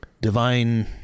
divine